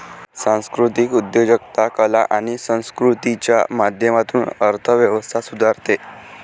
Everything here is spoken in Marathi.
सांस्कृतिक उद्योजकता कला आणि संस्कृतीच्या माध्यमातून अर्थ व्यवस्था सुधारते